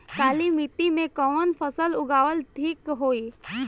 काली मिट्टी में कवन फसल उगावल ठीक होई?